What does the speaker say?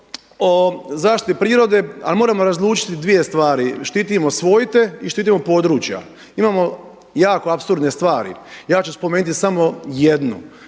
o zaštiti prirode ali moramo razlučiti dvije stvari, štitimo svojte i štitimo područja. Imamo jako apsurdne stvari, ja ću spomenuti samo jednu.